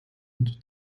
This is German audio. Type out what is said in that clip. und